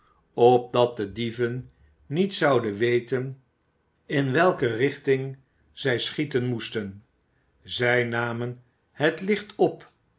opdat de dieven niet zouden weten in welke richting zij schieten moesten zij namen het licht op